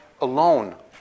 alone